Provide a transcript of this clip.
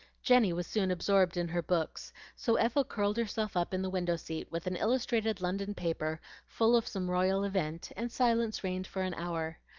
jenny was soon absorbed in her books so ethel curled herself up in the window-seat with an illustrated london paper full of some royal event, and silence reigned for an hour.